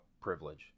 privilege